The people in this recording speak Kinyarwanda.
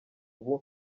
ubu